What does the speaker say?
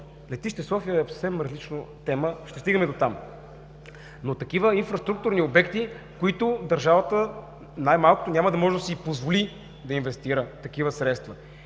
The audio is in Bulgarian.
Летище София е съвсем различна тема, ще стигнем и дотам. Но такива инфраструктурни обекти, в които държавата най-малкото няма да може да си позволи да инвестира такива средства